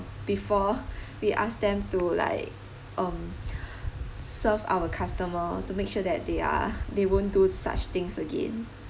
before we ask them to like um serve our customer to make sure that they are they won't do such things again